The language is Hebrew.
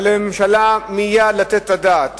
ועל הממשלה מייד לתת את הדעת